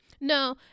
No